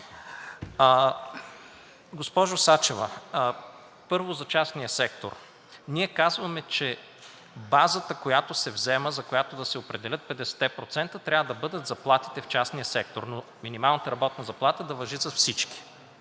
Госпожо Сачева, първо, за частния сектор. Ние казваме, че базата, която се взема, за която да се определят 50-те процента, трябва да бъдат заплатите в частния сектор, но минималната работна заплата да важи за всички